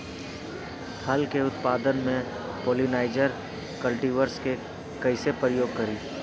फल के उत्पादन मे पॉलिनाइजर कल्टीवर्स के कइसे प्रयोग करी?